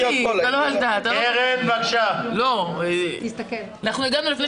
והגעתם להסכם למתווה,